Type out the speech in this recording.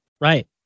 Right